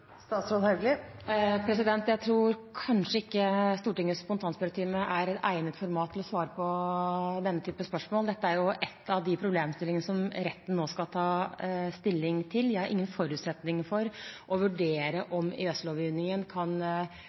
Jeg tror kanskje ikke Stortingets spontanspørretime er egnet format til å svare på denne typen spørsmål. Dette er en av problemstillingene som retten nå skal ta stilling til. Jeg har ingen forutsetning for å vurdere om EØS-lovgivningen kan